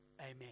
Amen